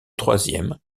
troisième